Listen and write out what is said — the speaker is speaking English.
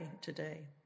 today